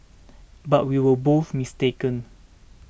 but we were both mistaken